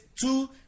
two